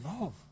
love